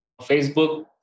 facebook